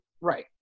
right